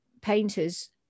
painters